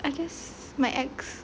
I guess my ex